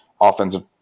offensive